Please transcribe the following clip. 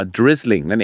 drizzling